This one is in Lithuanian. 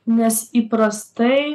nes įprastai